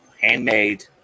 handmade